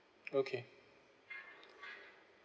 okay